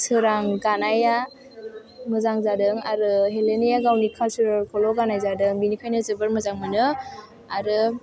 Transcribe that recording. सोरां गानाया मोजां जादों आरो हेलेनाया गावनि कालचारेलखौल' गाननाय जादों बेनिखायनो जोबोर मोजां मोनो आरो